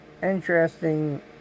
Interesting